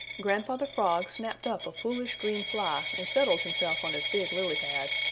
grandfather frog snapped up a foolish green fly and settled himself on his big lily pad,